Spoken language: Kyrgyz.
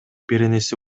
беренеси